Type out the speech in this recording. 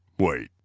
wait.